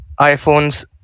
iPhones